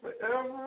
forever